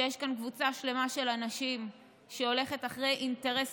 שיש כאן קבוצה שלמה של אנשים שהולכת אחרי אינטרס